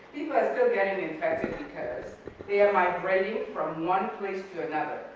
people are still getting infected because they are migrating from one place to another.